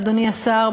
אדוני השר,